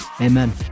amen